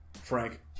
Frank